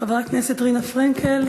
חברת הכנסת רינה פרנקל,